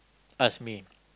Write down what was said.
ask me